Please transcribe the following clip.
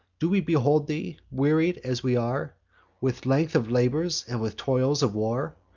do we behold thee, wearied as we are with length of labors, and with toils of war?